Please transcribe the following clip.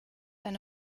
eine